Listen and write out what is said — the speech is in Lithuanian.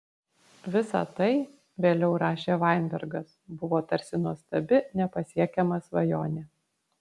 visa tai vėliau rašė vainbergas buvo tarsi nuostabi nepasiekiama svajonė